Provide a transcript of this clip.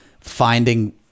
finding